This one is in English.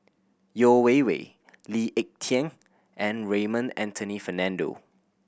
Yeo Wei Wei Lee Ek Tieng and Raymond Anthony Fernando